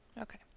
Okay